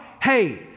Hey